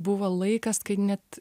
buvo laikas kai net